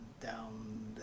down